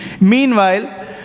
Meanwhile